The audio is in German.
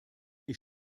ich